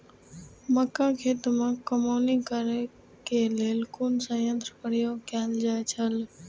मक्का खेत में कमौनी करेय केय लेल कुन संयंत्र उपयोग कैल जाए छल?